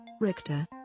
Richter